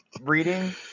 reading